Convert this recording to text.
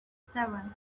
seven